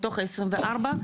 מתוך ה-24,